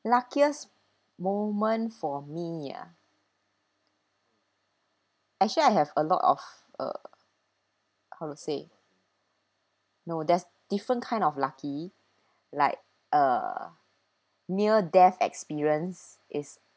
luckiest moment for me ah actually I have a lot of uh how to say no there's different kind of lucky like uh near death experience is